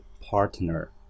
partner